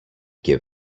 give